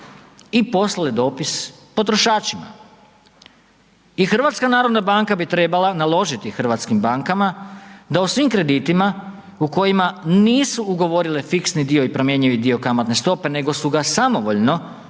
i poslale dopis potrošačima. I HNB bi trebala naložiti hrvatskim bankama da u svim kreditima u kojima nisu ugovorile fiksni dio i promjenjivi dio kamatne stope nego su samovoljno